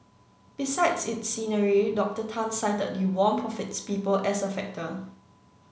besides its scenery Doctor Tan cited the warmth of its people as a factor